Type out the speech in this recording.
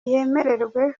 yemererwe